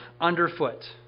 underfoot